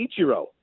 Ichiro